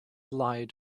lied